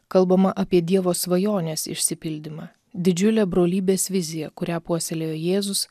kalbama apie dievo svajonės išsipildymą didžiulė brolybės vizija kurią puoselėjo jėzus